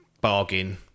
Bargain